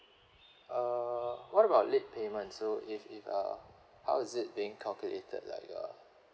uh what about late payment so if if uh how is it being calculated like uh